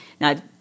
Now